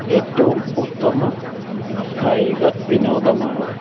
ഏറ്റവും ഉത്തമ കായിക വിനോദമാണ്